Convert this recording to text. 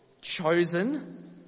chosen